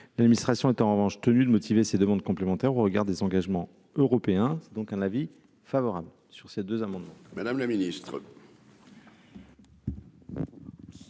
l'administration est en revanche tenu de motiver ses demandes complémentaires au regard des engagements européens, donc un avis favorable sur ces deux amendements Madame le Ministre.